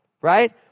right